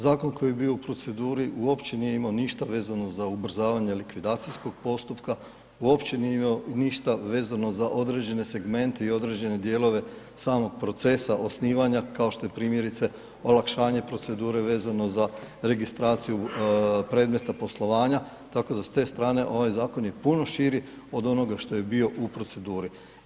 Zakon koji je bio u proceduri uopće nije imao ništa vezano za ubrzavanje likvidacijskog postupka, uopće nije imao ništa vezano za određene segmente i određene dijelove samog procesa osnivanja kao što je primjerice olakšanje procedure vezano za registraciju predmeta poslovanja, tako da s te strane ovaj zakon je puno širi od onoga što je bio u procedure.